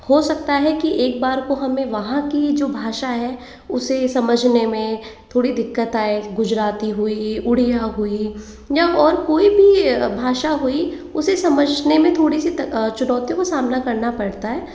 हो सकता है की एक बार को हमें वहाँ की जो भाषा है उसे समझने में थोड़ी दिक्कत आए गुजराती हुई उड़िया हुई या और कोई भी भाषा हुई उसे समझने में थोड़ी सी चुनौतियों का सामना करना पड़ता है